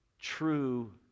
true